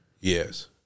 Yes